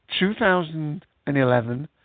2011